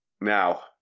Now